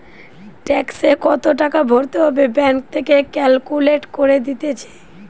ট্যাক্সে কত টাকা ভরতে হবে ব্যাঙ্ক থেকে ক্যালকুলেট করে দিতেছে